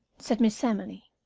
said miss emily,